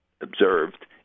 observed